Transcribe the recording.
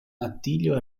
attilio